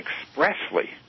expressly